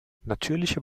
natürliche